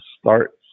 starts